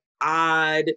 odd